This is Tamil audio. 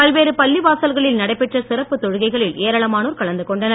பல்வேறு பள்ளிவாசல்களில் நடைபெற்ற சிறப்பு தொழுகைகளில் ஏராளமானோர் கலந்து கொண்டனர்